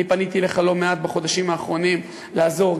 אני פניתי אליך לא מעט בחודשים האחרונים לעזור,